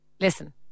listen